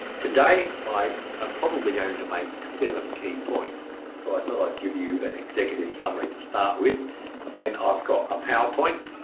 today i am probably going i mean to make seven key points so i thought i'd give you an executive summary to start with then i've got a powerpoint,